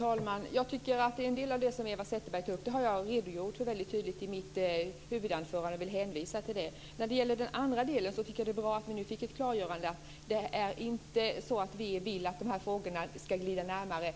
Herr talman! En del av det som Eva Zetterberg tog upp har jag redogjort väldigt tydligt för i mitt anförande, och jag vill hänvisa till det. Det är bra att vi nu fick ett klargörande om att dessa frågor inte ska ligga närmare